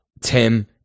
tim